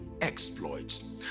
exploits